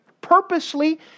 purposely